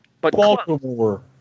Baltimore